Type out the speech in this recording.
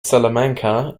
salamanca